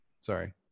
sorry